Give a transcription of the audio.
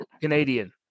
Canadian